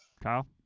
Kyle